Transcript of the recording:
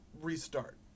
restart